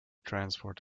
transport